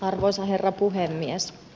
arvoisa herra puhemies